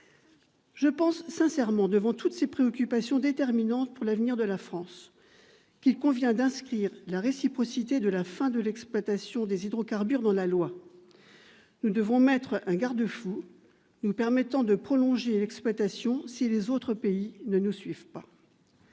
Je pense sincèrement, devant toutes ces préoccupations déterminantes pour l'avenir de la France, qu'il convient d'inscrire la réciprocité de la fin de l'exploitation des hydrocarbures dans la loi. Nous devons mettre un garde-fou nous permettant de prolonger l'exploitation si les autres pays ne nous suivent pas.